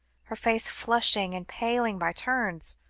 her face flushing and paling by turns,